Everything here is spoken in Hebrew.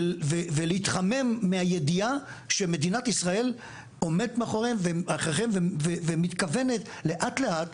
ולהתחמם מהידיעה שמדינת ישראל עומדת מאחוריכם ומתכוונת לאט לאט,